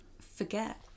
forget